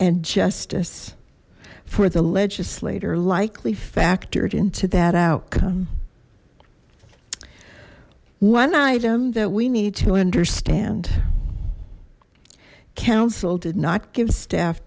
and justice for the legislature likely factored into that outcome one item that we need to understand council did not give staff